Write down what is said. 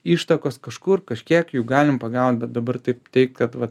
ištakos kažkur kažkiek jų galim pagaut bet dabar taip teigt kad vat